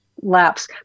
lapse